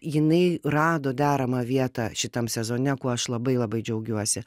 jinai rado deramą vietą šitam sezone kuo aš labai labai džiaugiuosi